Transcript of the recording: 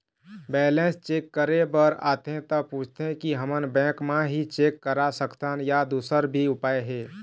Balance check करे बर आथे ता पूछथें की हमन बैंक मा ही चेक करा सकथन या दुसर भी उपाय हे?